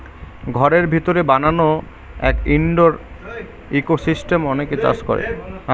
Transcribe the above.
ঘরের ভিতরে বানানো এক ইনডোর ইকোসিস্টেম অনেকে চাষ করে